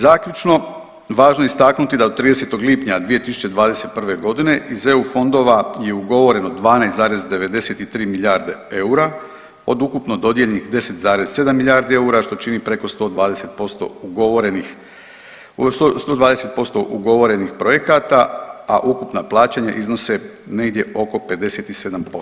Zaključno, važno je istaknuti da od 30. lipnja 2021. godine iz EU fondova je ugovoreno 12,93 milijarde eura od ukupno dodijeljenih 10,7 milijardi eura što čini preko 120% ugovorenih, 120% ugovorenih projekata, a ukupna plaćanja iznose negdje oko 57%